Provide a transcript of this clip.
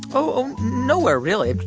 ah oh, nowhere really.